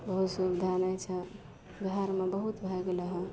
कोइ सुबिधा नहि छै बिहारमे बहुत भए गेलय हइ